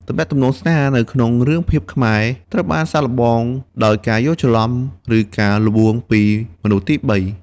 ទំនាក់ទំនងស្នេហាក្នុងរឿងភាពខ្មែរ ត្រូវបានសាកល្បងដោយការយល់ច្រឡំ ឬការល្បួងពីមនុស្សទីបី។